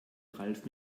ralf